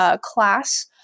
class